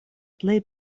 plej